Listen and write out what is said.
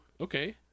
Okay